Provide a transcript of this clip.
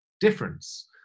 difference